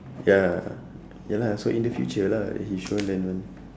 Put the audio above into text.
ya ya lah so in the future lah he sure learn [one]